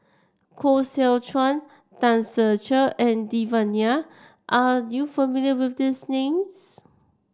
Koh Seow Chuan Tan Ser Cher and Devan Nair are you familiar with these names